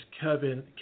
Kevin